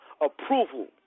approval